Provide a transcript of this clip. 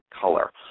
color